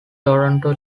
toronto